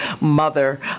mother